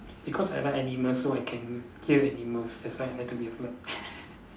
because I like animals so I can cure animals that's why I like to be a vet